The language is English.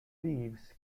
leaves